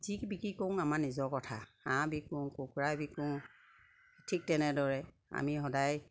যি বিক্ৰী কৰোঁ আমাৰ নিজৰ কথা হাঁহ বিকোঁ কুকুৰা বিকো ঠিক তেনেদৰে আমি সদায়